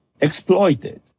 exploited